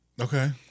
Okay